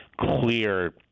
clear